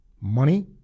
Money